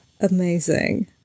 Amazing